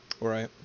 Right